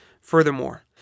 Furthermore